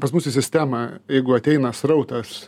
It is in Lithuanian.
pas mus į sistemą jeigu ateina srautas